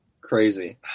crazy